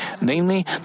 namely